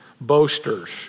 boasters